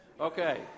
Okay